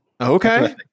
Okay